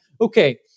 okay